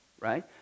right